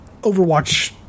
Overwatch